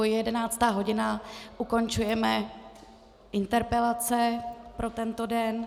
Je jedenáctá hodina, ukončujeme interpelace pro tento den.